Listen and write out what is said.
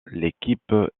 l’équipe